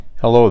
Hello